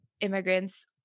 immigrants